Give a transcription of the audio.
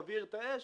מבעיר את האש,